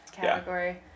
category